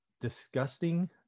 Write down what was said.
disgusting